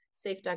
safe